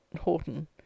Horton